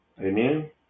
Amen